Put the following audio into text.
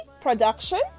production